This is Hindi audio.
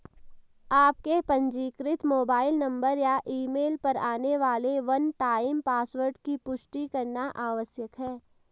आपके पंजीकृत मोबाइल नंबर या ईमेल पर आने वाले वन टाइम पासवर्ड की पुष्टि करना आवश्यक है